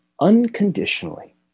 unconditionally